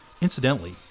Incidentally